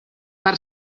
per